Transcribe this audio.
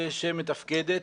ממשלה שמתפקדת,